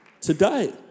today